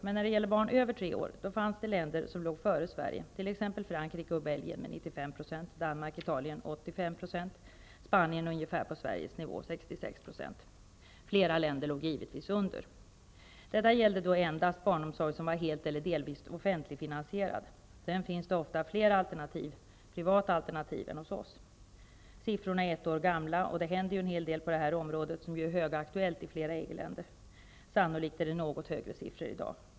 Men när det gäller barn över tre år fanns det länder som låg före Sverige, t.ex. Frankrike och Belgien med 95 %, Danmark och Italien med 85 %, medan Spanien låg ungefär på Sveriges nivå -- 66 %. Flera länder låg givetvis under. Detta gällde endast barnomsorg som var helt eller delvis offentligfinansierad. Sedan finns det ofta flera privata alternativ än hos oss. Siffrorna är ett år gamla, och det händer en hel del på det här området, som ju är högaktuellt i flera EG-länder. Sannolikt är det något högre siffror i dag.